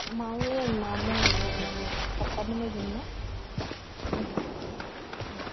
మాములుగా నార్మల్గా పప్పు అన్నం తిన్నాను